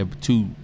two